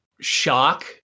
shock